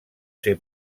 ser